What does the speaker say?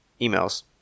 emails